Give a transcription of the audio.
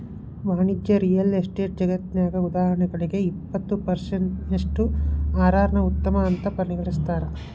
ವಾಣಿಜ್ಯ real estate ಜಗತ್ನ್ಯಗ, ಉದಾಹರಣಿಗೆ, ಇಪ್ಪತ್ತು ಪರ್ಸೆನ್ಟಿನಷ್ಟು ಅರ್.ಅರ್ ನ್ನ ಉತ್ತಮ ಅಂತ್ ಪರಿಗಣಿಸ್ತಾರ